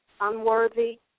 unworthy